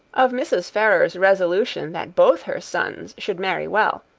of mrs. ferrars's resolution that both her sons should marry well,